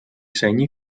segni